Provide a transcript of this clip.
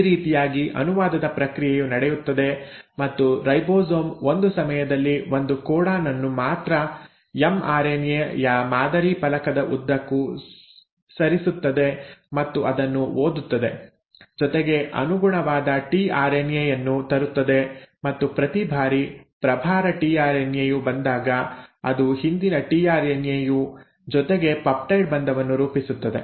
ಈ ರೀತಿಯಾಗಿ ಅನುವಾದದ ಪ್ರಕ್ರಿಯೆಯು ನಡೆಯುತ್ತದೆ ಮತ್ತು ರೈಬೋಸೋಮ್ ಒಂದು ಸಮಯದಲ್ಲಿ ಒಂದು ಕೋಡಾನ್ ಅನ್ನು ಮಾತ್ರ ಎಮ್ಆರ್ಎನ್ಎ ಯ ಮಾದರಿ ಫಲಕದ ಉದ್ದಕ್ಕೂ ಸರಿಸುತ್ತದೆ ಮತ್ತು ಅದನ್ನು ಓದುತ್ತದೆ ಜೊತೆಗೆ ಅನುಗುಣವಾದ ಟಿಆರ್ಎನ್ಎ ಯನ್ನು ತರುತ್ತದೆ ಮತ್ತು ಪ್ರತಿ ಬಾರಿ ಪ್ರಭಾರ ಟಿಆರ್ಎನ್ಎ ಯು ಬಂದಾಗ ಅದು ಹಿಂದಿನ ಟಿಆರ್ಎನ್ಎ ಯು ಜೊತೆಗೆ ಪೆಪ್ಟೈಡ್ ಬಂಧವನ್ನು ರೂಪಿಸುತ್ತದೆ